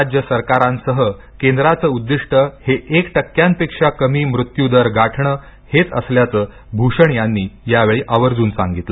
राज्य सरकारांसह केंद्राचे उद्दीष्ट हे एक टक्क्यांपेक्षा कमी मृत्यू दर गाठणे हेच असल्याचं भूषण यांनी यावेळी आवर्जून सांगितलं